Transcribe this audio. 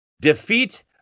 Defeat